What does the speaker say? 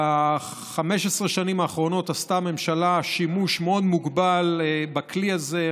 ב-15 השנים האחרונות עשתה הממשלה שימוש מאוד מוגבל בכלי הזה,